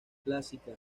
clásica